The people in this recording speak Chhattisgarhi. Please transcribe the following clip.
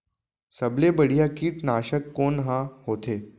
सबले बढ़िया कीटनाशक कोन ह होथे?